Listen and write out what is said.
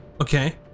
Okay